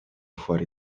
fuori